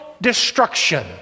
destruction